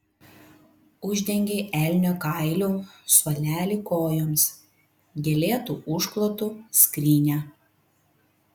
uždengei elnio kailiu suolelį kojoms gėlėtu užklotu skrynią